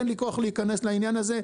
אין לי כוח להיכנס לעניין הזה,